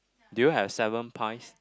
do you have seven pies